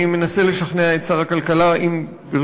אני מנסה לשכנע את שר הכלכלה,